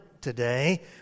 today